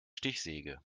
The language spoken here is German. stichsäge